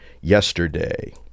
yesterday